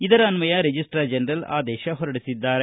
ಇದರ ಅನ್ವಯ registrar general ಆದೇಶ ಹೊರಡಿಸಿದ್ದಾರೆ